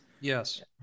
Yes